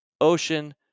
ocean